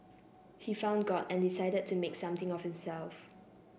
he found God and decided to make something of himself